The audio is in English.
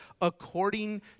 according